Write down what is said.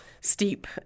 steep